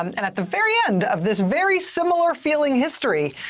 um and at the very end of this very similar feeling history,